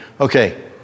Okay